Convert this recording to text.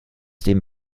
dem